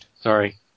Sorry